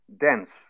dense